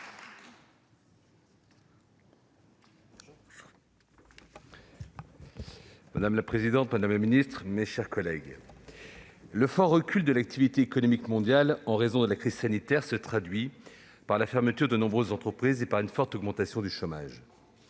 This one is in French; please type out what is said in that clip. Madame la présidente, madame la ministre, mes chers collègues, le fort recul de l'activité économique mondiale en raison de la crise sanitaire se traduit par la fermeture de nombreuses entreprises et par une forte augmentation du chômage.